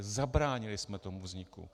Zabránili jsme tomu vzniku.